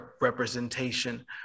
representation